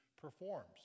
performs